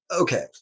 okay